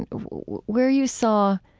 and where you saw